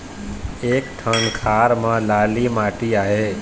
एक ठन खार म लाली माटी आहे?